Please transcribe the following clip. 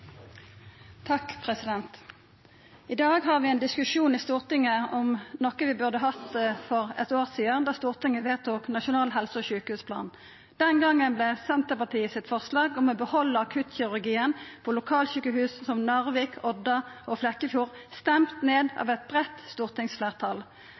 I dag har vi ein diskusjon i Stortinget som vi burde hatt for eit år sidan da Stortinget vedtok Nasjonal helse- og sjukehusplan. Den gongen vart Senterpartiets forslag om å behalda akuttkirurgien på lokalsjukehus som Narvik, Odda og Flekkefjord stemde ned